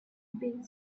being